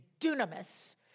dunamis